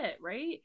right